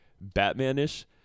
Batman-ish